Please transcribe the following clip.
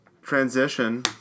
transition